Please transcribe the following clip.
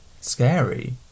Scary